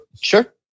Sure